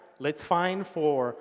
let's find for